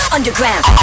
Underground